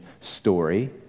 story